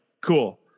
cool